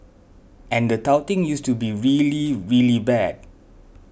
and the touting used to be really really bad